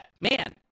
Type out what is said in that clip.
man